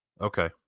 Okay